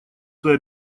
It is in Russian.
свои